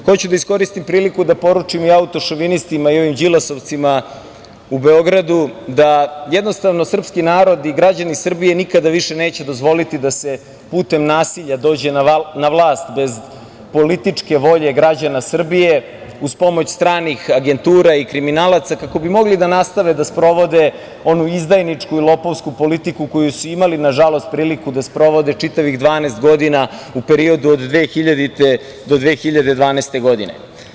Hoću da iskoristim priliku da autošovinistima i ovim Đilasovcima u Beogradu da jednostavno srpski narod i građani Srbije nikada više neće dozvoliti da se putem nasilja dođe na vlast, bez političke volje građana Srbije, uz pomoć stranih agentura i kriminalaca kako bi mogli da nastave da sprovode onu izdajničku i lopovsku politiku koju su imalipriliku da sprovode čitavih 12 godina, u periodu od 2000. do 2012. godine.